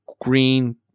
green